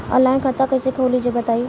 Online खाता कइसे खोली बताई?